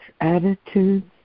attitudes